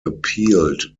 appealed